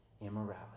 immorality